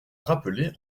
rappelé